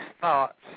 thoughts